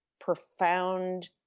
profound